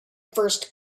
first